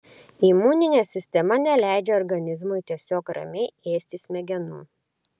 imuninė sistema neleidžia organizmui tiesiog ramiai ėsti smegenų